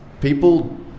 people